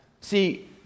See